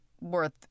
worth